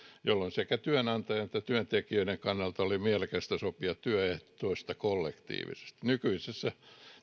jolloin sekä työnantajan että työntekijöiden kannalta on mielekästä sopia työehdoista kollektiivisesti nykyisessä